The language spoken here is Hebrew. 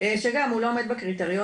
גם שהוא לא עומד בקריטריונים,